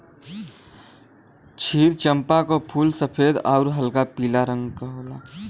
क्षीर चंपा क फूल सफेद आउर हल्का पीला रंग क होला